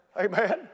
Amen